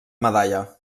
medalla